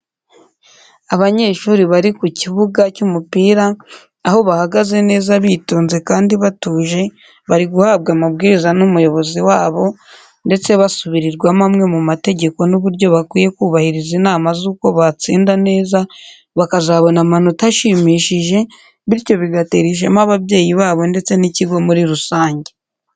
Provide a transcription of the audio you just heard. Abanyeshuri bari ku kibuga cy'umupira aho bahagaze neza bitonze kandi batuje bari guhabwa amabwiriza n'umuyobozi wabo ndetse basubirirwamo amwe mu mategeko n'uburyo bakwiye kubahiriza inama z'uko batsinda neza bakazabona amanota ashimishije, bityo bigatera ishema ababyeyi babo ndetse n'ikigo muri rusange.